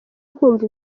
kumva